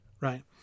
right